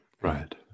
Right